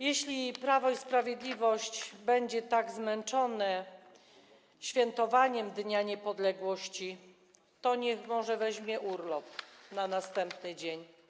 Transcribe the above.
Jeśli Prawo i Sprawiedliwość będzie tak zmęczone świętowaniem dnia niepodległości, to może niech weźmie urlop na następny dzień.